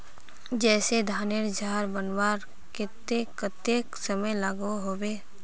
जैसे धानेर झार बनवार केते कतेक समय लागोहो होबे?